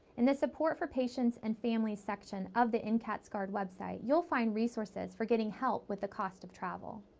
in the support for patients and families section of the ncats gard web site, you'll find resources for getting help with the cost of travel.